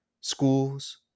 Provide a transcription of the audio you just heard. schools